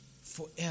forever